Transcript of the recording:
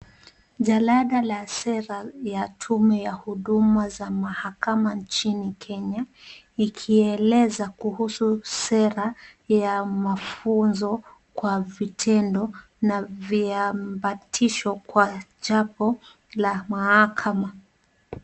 Jalada la sera ya tume ya huduma za mahakama nchini Kenya, ikieleza kuhusu sera ya mafunzo kwa vitendo na viambatisho kwa chapo la mahakama.